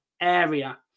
area